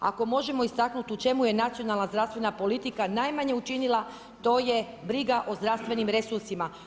Ako možemo istaknut u čemu je nacionalna zdravstvena politika najmanje učinila, to je briga o zdravstvenim resursima.